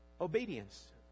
obedience